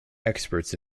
experts